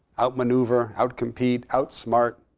outmaneuver, outcompete, outsmart,